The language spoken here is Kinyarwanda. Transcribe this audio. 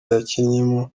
yakinnyemo